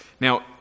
Now